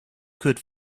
could